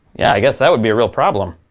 yeah, i guess that would be a real problem.